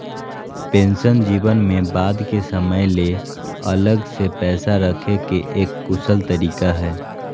pension जीवन में बाद के समय ले अलग से पैसा रखे के एक कुशल तरीका हय